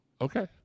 Okay